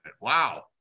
wow